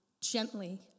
gently